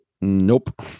Nope